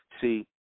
see